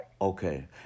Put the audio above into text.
Okay